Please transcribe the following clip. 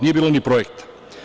Nije bilo ni projekta.